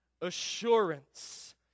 assurance